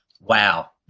wow